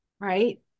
right